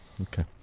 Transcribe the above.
Okay